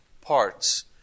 parts